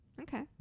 Okay